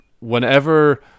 whenever